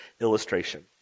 illustration